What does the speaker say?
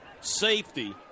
safety